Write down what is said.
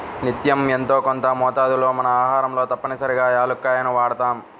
నిత్యం యెంతో కొంత మోతాదులో మన ఆహారంలో తప్పనిసరిగా యాలుక్కాయాలను వాడతాం